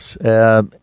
yes